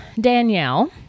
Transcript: Danielle